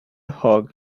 hog